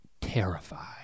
terrified